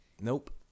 Nope